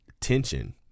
tension